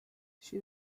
she